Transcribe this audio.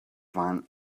find